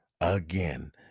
again